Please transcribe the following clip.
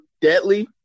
deadly